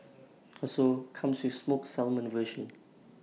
also comes with smoked salmon version